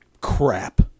crap